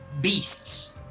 Beasts